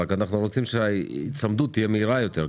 רק אנחנו רוצים שההיצמדות תהיה מהירה יותר,